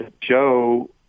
Joe